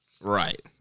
Right